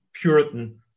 Puritan